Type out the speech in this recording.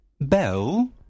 Bell